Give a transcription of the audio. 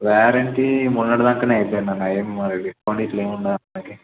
warranty మొన్నటి దాకనే అయిపోయింది అన్న ఏమి డిస్కౌంట్ ఇట్లా ఏమి ఉండదా అన్న మనకు